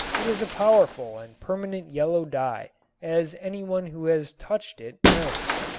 it is a powerful and permanent yellow dye as any one who has touched it knows.